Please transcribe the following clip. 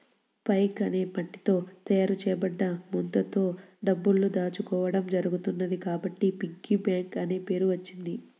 pig అనే మట్టితో తయారు చేయబడ్డ ముంతలో డబ్బులు దాచుకోవడం జరుగుతున్నది కాబట్టి పిగ్గీ బ్యాంక్ అనే పేరు వచ్చింది